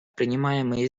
принимаемые